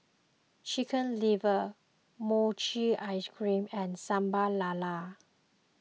Chicken Liver Mochi Ice Cream and Sambal Lala